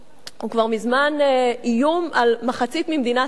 הוא כבר מזמן איום על מחצית ממדינת ישראל.